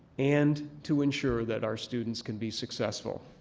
and to ensure that our students can be successful.